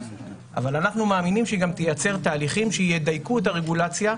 אבל אנחנו מאמינים שהיא גם תייצר תהליכים שידייקו את הרגולציה,